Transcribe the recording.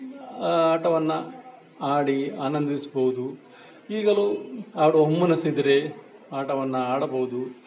ಆಟವನ್ನು ಆಡಿ ಆನಂದಿಸ್ಬೋದು ಈಗಲೂ ಆಡುವ ಹುಮ್ಮನಸಿದ್ರೆ ಆಟವನ್ನು ಆಡಬೋದು